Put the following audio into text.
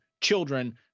children